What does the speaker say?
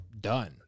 done